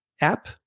app